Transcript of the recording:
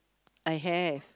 I have